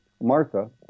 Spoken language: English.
Martha